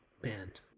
band